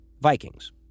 Vikings